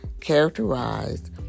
characterized